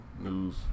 news